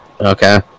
okay